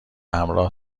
همراه